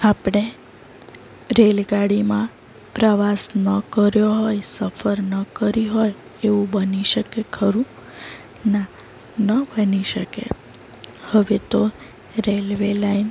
આપણે રેલગાડીમાં પ્રવાસ ન કર્યો હોય સફર ન કરી હોય એવું બની શકે ખરું ના ન બની શકે હવે તો રેલવે લાઈન